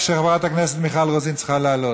כשחברת הכנסת מיכל רוזין צריכה לעלות.